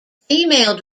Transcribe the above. female